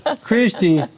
Christy